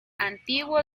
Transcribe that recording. antiguo